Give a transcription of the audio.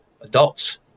adults